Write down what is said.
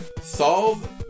Solve